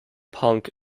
punk